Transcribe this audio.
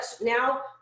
now